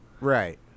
Right